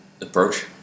approach